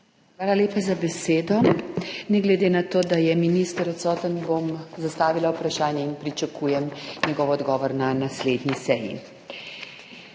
Hvala lepa za besedo. Ne glede na to, da je minister odsoten, bom zastavila vprašanje in pričakujem njegov odgovor na naslednji seji.